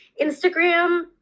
Instagram